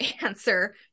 answer